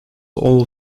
all